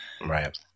Right